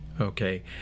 Okay